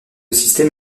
système